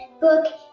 book